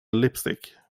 lipstick